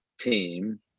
team